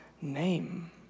name